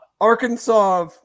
Arkansas –